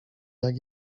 jak